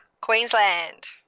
Queensland